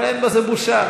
אבל אין בזה בושה.